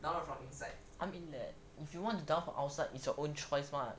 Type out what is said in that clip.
I mean that if you want to download outside is your own choice mah